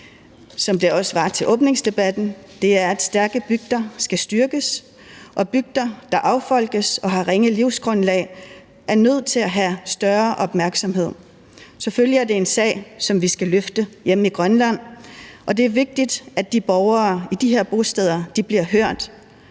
som det også var i åbningsdebatten, at stærke bygder skal styrkes, og bygder, der affolkes og har ringe livsgrundlag, er nødt til at have større opmærksomhed. Selvfølgelig er det en sag, som vi skal løfte hjemme i Grønland, og det er vigtigt, at de borgere på de her bosteder bliver hørt,